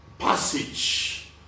passage